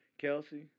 Kelsey